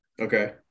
okay